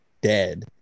dead